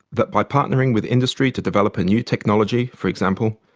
that by partnering with industry to develop a new technology, for example,